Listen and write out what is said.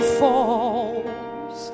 falls